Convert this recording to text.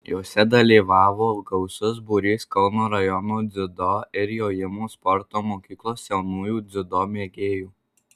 jose dalyvavo gausus būrys kauno rajono dziudo ir jojimo sporto mokyklos jaunųjų dziudo mėgėjų